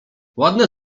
ładne